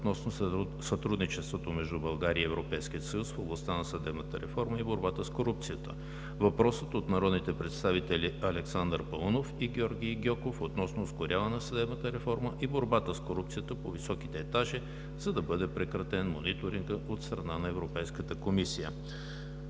относно сътрудничеството между България и Европейския съюз в областта на съдебната реформа и борбата с корупцията. Въпросът е от народните представители Александър Паунов и Георги Гьоков относно ускоряване на съдебната реформа и борбата с корупцията по високите етажи, за да бъде прекратен мониторингът от страна на Европейската комисия.